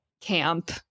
camp